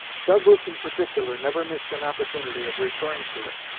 douglas in particular never missed an opportunity of referring to it.